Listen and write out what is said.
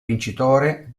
vincitore